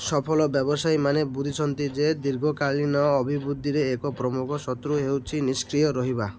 ସଫଳ ବ୍ୟବସାୟୀମାନେ ବୁଝିଛନ୍ତି ଯେ ଦୀର୍ଘକାଳୀନ ଅଭିବୃଦ୍ଧିର ଏକ ପ୍ରମୁଖ ଶତ୍ରୁ ହେଉଛି ନିଷ୍କ୍ରିୟ ରହିବା